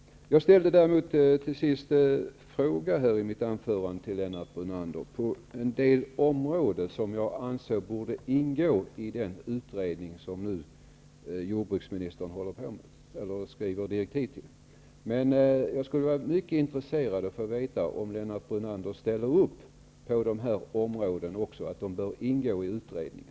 Jag ställde i mitt anförande en fråga till Lennart Brunander om en del områden som jag anser borde ingå i den utredning som jordbruksministern nu håller på att skriva direktiv till. Jag skulle vara mycket intresserad av att få veta om Lennart Brunander ställer upp på att också de områden jag nämnde bör ingå i utredningen.